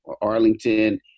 Arlington